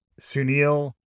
Sunil